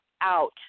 out